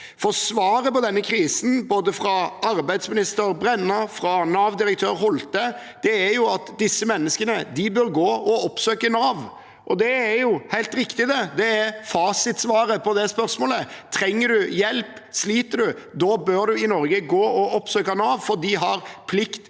for svaret på denne krisen, fra både arbeidsminister Brenna og Nav-direktør Holte, er at disse menneskene bør gå og oppsøke Nav. Det er jo helt riktig. Det er fasitsvaret på det spørsmålet. Trenger du hjelp? Sliter du? Da bør du i Norge gå og oppsøke Nav, for de har plikt